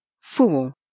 Fool